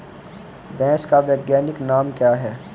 भैंस का वैज्ञानिक नाम क्या है?